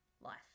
life